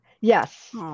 Yes